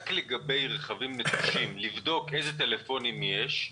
לגבי רכבים נטושים לבדוק איזה מספרי טלפון יש,